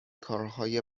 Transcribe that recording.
کارهای